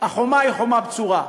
החומה היא חומה בצורה.